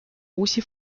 uusi